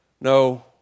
no